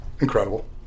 Incredible